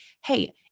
Hey